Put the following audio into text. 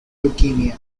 leukemia